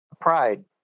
pride